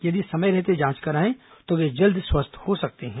यदि समय रहते जांच कराएं तो वे जल्दी स्वस्थ हो सकते हैं